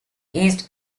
east